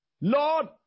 Lord